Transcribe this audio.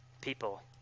people